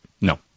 No